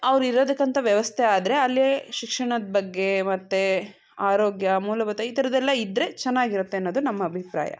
ಅವ್ರು ಇರೋದಕ್ಕಂತ ವ್ಯವಸ್ಥೆ ಆದರೆ ಅಲ್ಲೇ ಶಿಕ್ಷಣದ ಬಗ್ಗೆ ಮತ್ತು ಆರೋಗ್ಯ ಮೂಲಭೂತ ಈ ಥರದ್ದೆಲ್ಲ ಇದ್ದರೆ ಚೆನ್ನಾಗಿರುತ್ತೆ ಅನ್ನೋದು ನಮ್ಮ ಅಭಿಪ್ರಾಯ